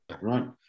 Right